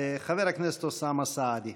חבר הכנסת אוסאמה סעדי.